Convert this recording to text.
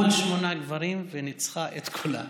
מול שמונה גברים וניצחה את כולם,